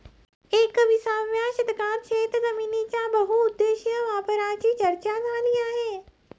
एकविसाव्या शतकात शेतजमिनीच्या बहुउद्देशीय वापराची चर्चा झाली आहे